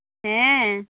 ᱦᱮᱸ